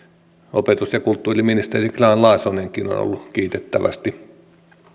opetus ja kulttuuriministeri grahn laasonenkin on ollut kiitettävästi